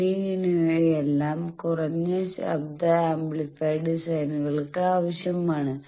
എന്നിങ്ങനെയെല്ലാം കുറഞ്ഞ ശബ്ദ ആംപ്ലിഫയർ ഡിസൈനുകൾക്ക് ആവശ്യമാണ്